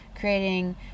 creating